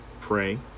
pray